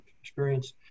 experience